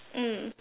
mm